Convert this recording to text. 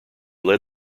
led